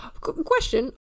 Question